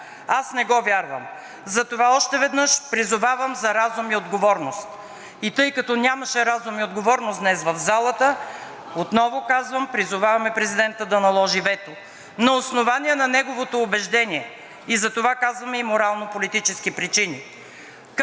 Аз не го вярвам. Затова още веднъж призовавам за разум и отговорност.“ И тъй като нямаше разум и отговорност днес в залата, отново казвам: призоваваме президента да наложи вето на основание на неговото убеждение и затова казваме и морално-политически причини.